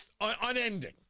unending